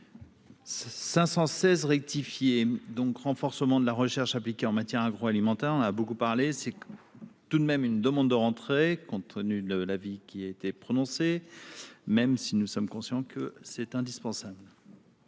516 rectifié donc renforcement de la recherche appliquée en matière agroalimentaire a beaucoup parlé, c'est tout de même une demande de rentrer, compte tenu de la vie qui a été prononcée, même si nous sommes conscients que c'est indispensable.